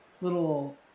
little